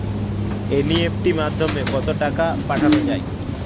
NEFT মাধ্যমে কত টাকা পাঠানো যায়?